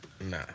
Nah